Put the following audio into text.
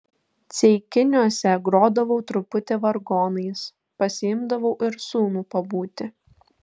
ceikiniuose grodavau truputį vargonais pasiimdavau ir sūnų pabūti